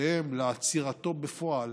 בהתקפותיהם לעצירתו בפועל